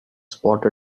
spot